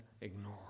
ignore